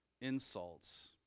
insults